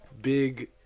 big